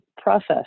process